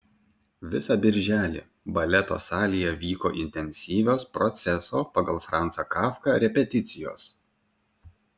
visą birželį baleto salėje vyko intensyvios proceso pagal franzą kafką repeticijos